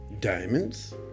Diamonds